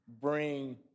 bring